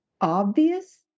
obvious